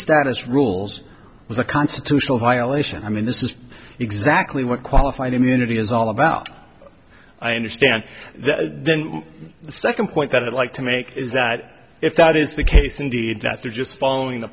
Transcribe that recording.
status rules was a constitutional violation i mean this is exactly what qualified immunity is all about i understand the second point that i'd like to make is that if that is the case indeed that they're just following the